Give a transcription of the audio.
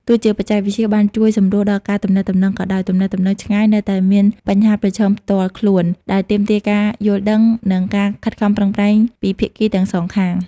ទោះជាបច្ចេកវិទ្យាបានជួយសម្រួលដល់ការទំនាក់ទំនងក៏ដោយ ទំនាក់ទំនងឆ្ងាយនៅតែមានបញ្ហាប្រឈមផ្ទាល់ខ្លួន ដែលទាមទារការយល់ដឹង និងការខិតខំប្រឹងប្រែងពីភាគីទាំងសងខាង។